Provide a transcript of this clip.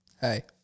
Hey